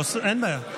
אין בעיה.